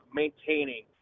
maintaining